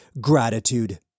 gratitude